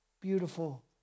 beautiful